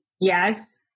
Yes